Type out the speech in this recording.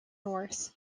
north